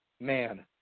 man